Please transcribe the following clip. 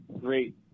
great